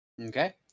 Okay